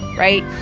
right?